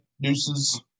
deuces